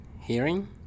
Hearing